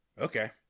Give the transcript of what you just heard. Okay